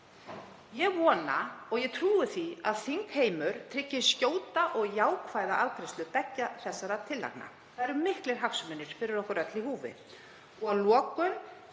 Ég vona og ég trúi því að þingheimur tryggi skjóta og jákvæða afgreiðslu beggja þessara tillagna. Það eru miklir hagsmunir fyrir okkur öll í húfi. Að lokum